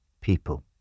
people